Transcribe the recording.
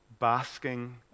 basking